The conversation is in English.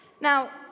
Now